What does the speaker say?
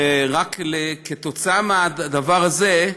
וכתוצאה מהדבר הזה,